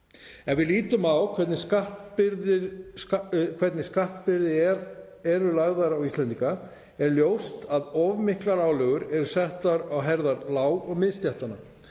Ef við lítum á hvernig skattbyrði er lögð á Íslendinga er ljóst að of miklar álögur eru settar á herðar lág- og miðstéttanna.